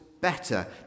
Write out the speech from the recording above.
better